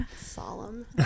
Solemn